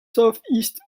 southeast